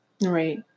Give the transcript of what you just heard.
right